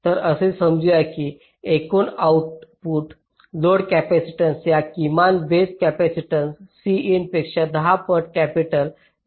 तर असे समजू या की एकूण आउटपुट लोड कॅपेसिटन्स या किमान बेस कॅपेसिटन्स Cin पेक्षा दहा पट कॅपिटल X आहे